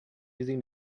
using